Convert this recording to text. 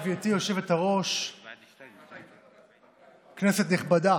כנסת נכבדה,